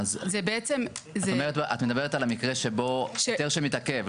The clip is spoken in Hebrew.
את מדברת על מקרה שבו היתר שמתעכב,